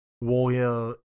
warrior